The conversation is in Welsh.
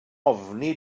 ofni